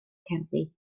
cerddi